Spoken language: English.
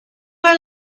are